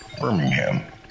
Birmingham